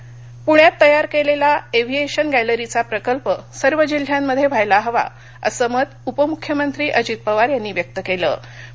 aviation gallery पूण्यात तयार कलिवी एव्हिएशन गॅलरीचा प्रकल्प सर्व जिल्ह्यांमध्यव्हियला हवा असं मत उपमुख्यमंत्री अजित पवार यांनी व्यक्त कल्वि